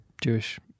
Jewish